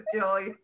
joy